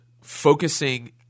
focusing